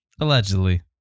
Allegedly